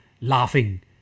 laughing